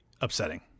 upsetting